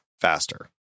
faster